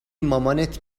مامانت